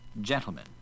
Gentlemen